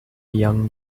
young